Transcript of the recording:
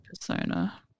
Persona